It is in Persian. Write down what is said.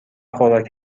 خوراک